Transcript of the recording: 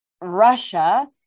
Russia